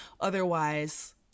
Otherwise